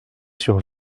sur